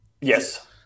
Yes